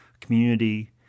community